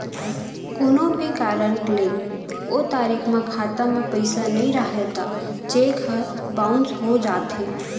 कोनो भी कारन ले ओ तारीख म खाता म पइसा नइ रहय त चेक ह बाउंस हो जाथे